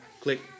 click